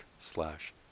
slash